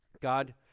God